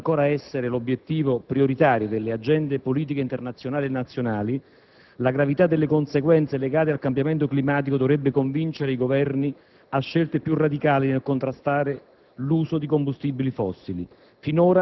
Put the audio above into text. Se la salvaguardia delle scorte di energia sembra ancora essere l'obiettivo prioritario delle agende politiche internazionali e nazionali, la gravità delle conseguenze legate al cambiamento climatico dovrebbe convincere i Governi a scelte più radicali nel contrastare